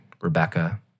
Rebecca